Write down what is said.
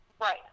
Right